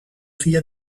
via